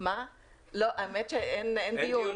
אני רואה בזה שם מכובס